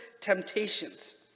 temptations